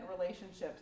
relationships